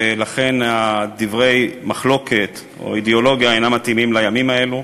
לכן דברי מחלוקת או אידיאולוגיה אינם מתאימים לימים האלה.